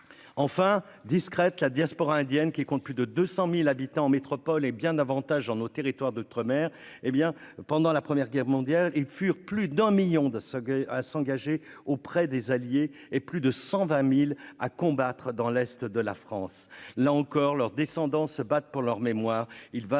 enfin, discrète, la diaspora indienne qui compte plus de 200000 habitants en métropole et bien davantage dans nos territoires d'outre-mer, hé bien pendant la première guerre mondiale et furent plus d'un 1000000 de sa à s'engager auprès des alliés et plus de 120000 à combattre dans l'est de la France, là encore, leurs descendants, se battent pour leur mémoire,